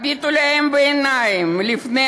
הביטו להם בעיניים לפני